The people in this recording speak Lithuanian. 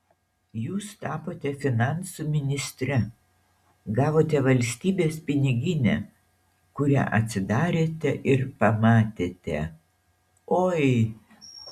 jūs tapote finansų ministre gavote valstybės piniginę kurią atsidarėte ir pamatėte oi